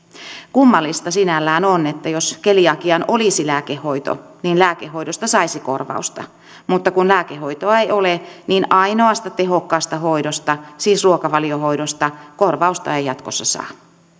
kummallista sinällään on että jos keliakiaan olisi lääkehoito niin lääkehoidosta saisi korvausta mutta kun lääkehoitoa ei ole niin ainoasta tehokkaasta hoidosta siis ruokavaliohoidosta korvausta ei jatkossa saa